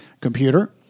computer